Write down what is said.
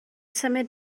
symud